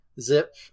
Zip